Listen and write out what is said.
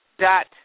dot